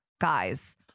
Guys